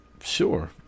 Sure